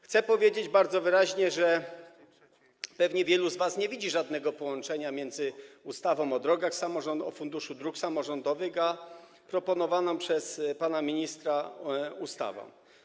Chcę powiedzieć bardzo wyraźnie, że pewnie wielu z was nie widzi żadnego powiązania między ustawą o Funduszu Dróg Samorządowych a proponowaną przez pana ministra ustawą.